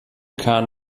kahn